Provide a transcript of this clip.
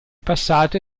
passato